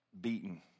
beaten